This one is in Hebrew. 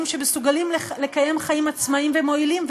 שמסוגלים לקיים חיים עצמאיים ומועילים,